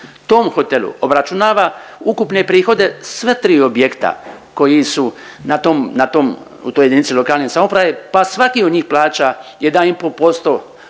tom hotelu obračunava ukupne prihode sve tri objekta koji su na tom, na tom, u toj jedinici lokalne samouprave pa svaki od njih plaća 1,5% od i svog